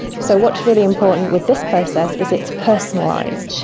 so what's really important with this process is it's personalised,